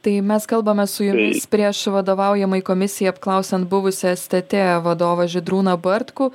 tai mes kalbamės su jumis prieš vadovaujamai komisijai apklausiant buvusį stt vadovą žydrūną bartkų